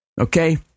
okay